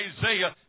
Isaiah